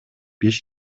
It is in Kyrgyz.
беш